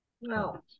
no